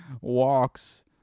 walks